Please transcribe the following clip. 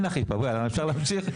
אין אכיפה, אתה רוצה להמשיך?